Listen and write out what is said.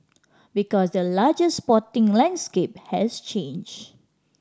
because the larger sporting landscape has changed